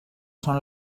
són